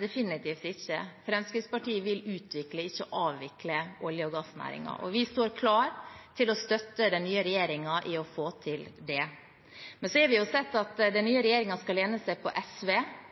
Definitivt ikke – Fremskrittspartiet vil utvikle, ikke avvikle olje- og gassnæringen. Vi står klare til å støtte den nye regjeringen i å få til det. Men vi har jo sett at den nye regjeringen skal lene seg på SV,